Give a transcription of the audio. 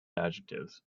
adjectives